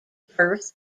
perth